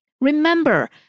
Remember